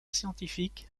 scientifique